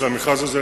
שהמכרז הזה,